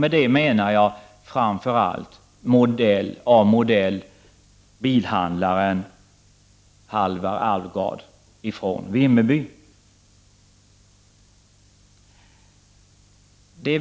Med detta menar jag framför allt sådana av modell bilhandlaren Halvar Alvgard från Vimmerby.